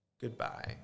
Goodbye